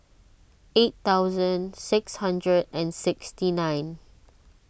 eight thousand six hundred and sixty nine